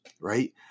right